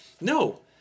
no